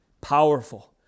Powerful